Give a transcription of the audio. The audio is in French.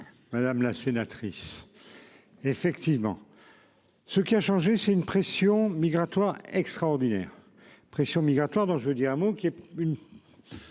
Madame la sénatrice. Effectivement. Ce qui a changé, c'est une pression migratoire extraordinaire pression migratoire dans je veux dire un mot qui est une.